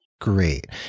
Great